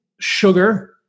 sugar